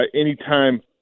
anytime